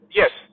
yes